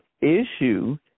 issue